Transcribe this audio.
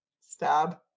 stab